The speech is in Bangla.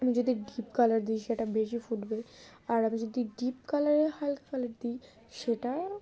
আমি যদি ডিপ কালার দিই সেটা বেশি ফুটবে আর আমি যদি ডিপ কালারে হালকা কালার দিই সেটা